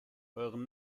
euren